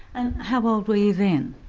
and how old were you then?